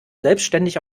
selbstständig